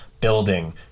building